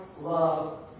love